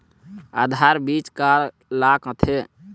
आधार बीज का ला कथें?